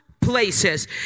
places